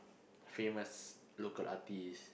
famous local artist